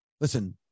listen